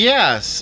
Yes